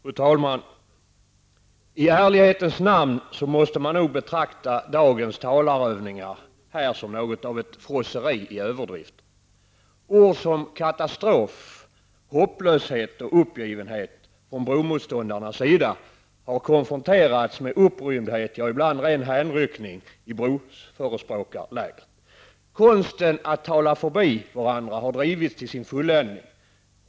Herr talman! I ärlighetens namn måste man nog betrakta dagens talarövningar här som något av ett frosseri i överdrifter. Ord som katastrof, hopplöshet och uppgivenhet från bromotståndarnas sida har konfronterats med upprymdhet -- ja, ibland ren hänryckning -- i broförespråkarlägret. Konsten att tala förbi varandra har drivits till sin fulländning.